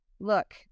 look